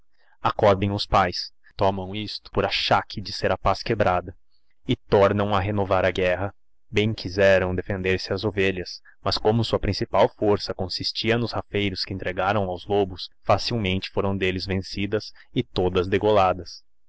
acodem os pais tomão isto por achae torque de ser a paz quebrada não a renovar a guerra bem quizerão defender se as ovejihas mas como sua principal força consistia nos rafeiros que entregarão aos lobos facilmente forão delles vencidas e todas degoladas